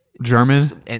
German